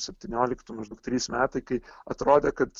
septynioliktų maždaug trys metai kai atrodė kad